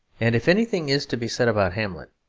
and if anything is to be said about hamlet,